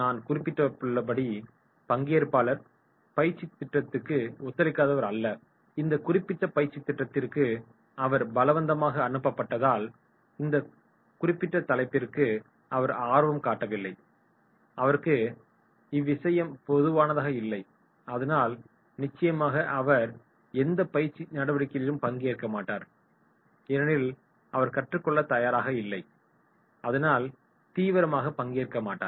நான் குறிப்பிட்டுள்ளபடி பங்கேற்பாளர் பயிற்சிக்கு ஒத்துழைக்காதவர் அல்ல இந்த குறிப்பிட்ட பயிற்சித் திட்டத்திற்கு அவர் பலவந்தமாக அனுப்பப்பட்டதால் இந்த குறிப்பிட்ட தலைப்பிற்கு அவர் ஆர்வம் காட்டவில்லை அவருக்கு இவ்விசயம் பொருந்துவதாக இல்லை அதனால் நிச்சயமாக அவர் எந்த பயிற்சி நடவடிக்கைகளிலும் பங்கேற்க மாட்டார் ஏனெனில் அவர் கற்றுக்கொள்ள தயாராக இல்லை அதனால் தீவிரமாக பங்கேற்க மாட்டார்